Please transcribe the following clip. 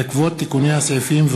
בעקבות תיקוני הסעיפים,